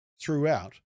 throughout